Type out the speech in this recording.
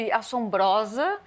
assombrosa